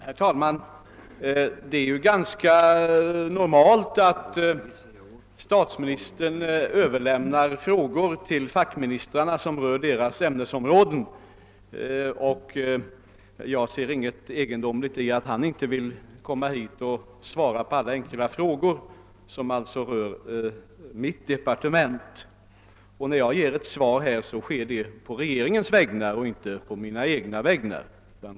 Herr talman! Det är ju helt normalt att statsministern överlämnar frågor till fackministrarna, när frågorna rör deras ämnesområden, och jag ser inget egendomligt i att han inte kommer hit och svarar på enkla frågor som hör till mitt departement. När jag svarar, sker det också på regeringens vägnar, inte på mina egna.